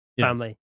family